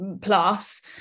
plus